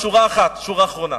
שורה אחרונה: